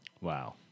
Wow